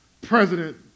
President